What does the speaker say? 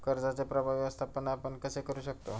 कर्जाचे प्रभावी व्यवस्थापन आपण कसे करु शकतो?